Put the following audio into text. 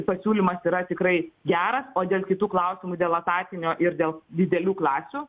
pasiūlymas yra tikrai geras o dėl kitų klausimų dėl etatinio ir dėl didelių klasių